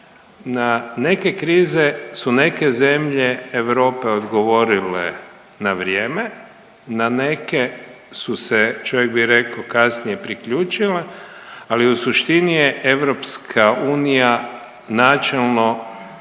na neke krize su neke zemlje Europe odgovorile na vrijeme, na neke su se čovjek bi rekao kasnije priključile, ali u suštini je EU načelno